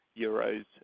euros